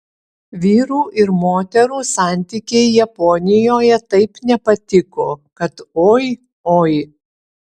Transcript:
vyrų ir moterų santykiai japonijoje taip nepatiko kad oi oi